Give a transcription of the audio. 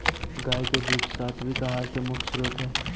गाय के दूध सात्विक आहार के मुख्य स्रोत हई